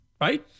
right